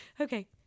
Okay